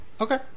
Okay